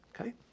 Okay